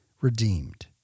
redeemed